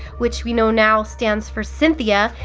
which we know now stands for cynthia,